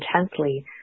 intensely